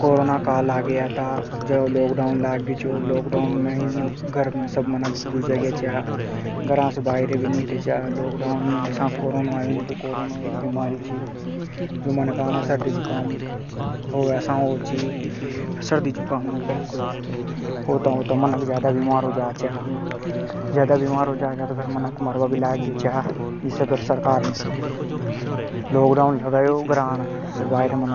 कोरोना काल आ गया था। जे लॉक डाउन लाग ग्यो छो। लॉक डाउन में ही घर में सब मनख बुजाग्या छा। घरा से बाईरे भी नी हीटे चा। लॉक डाउन में कोरोना आयो नी तो कोरोना एक बीमारी चि जो मनखा णे सर्दी जुकाम होवे असा होवे छी। सर्दी जुकाम होता होता मनख ज्यादा बीमार हो जा चा। ज्यादा बीमार होबा से मनख मरबा भी लाग ग्या। फेर सरकार ने लॉक डाउन लगायो। मनखा णे